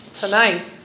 tonight